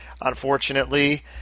unfortunately